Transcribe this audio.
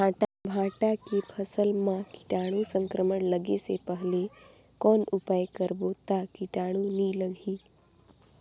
भांटा के फसल मां कीटाणु संक्रमण लगे से पहले कौन उपाय करबो ता कीटाणु नी लगही?